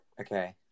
Okay